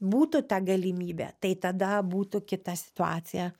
būtų ta galimybė tai tada būtų kita situacija